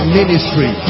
ministry